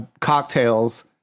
cocktails